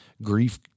Grief